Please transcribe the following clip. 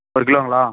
ஒரு கிலோங்களா